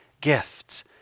gifts